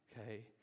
okay